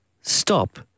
stop